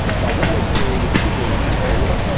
but what we're seeing, particularly in q four,